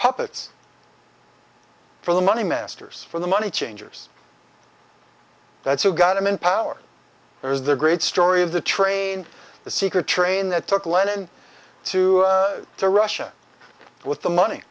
puppets for the money masters for the money changers that's who got them in power there is the great story of the train the secret train that took lenin to to russia with the money